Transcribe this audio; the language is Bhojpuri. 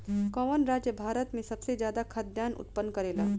कवन राज्य भारत में सबसे ज्यादा खाद्यान उत्पन्न करेला?